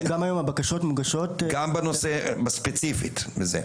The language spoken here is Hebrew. גם היום הבקשות מוגשות --- גם בנושא הספציפי הזה.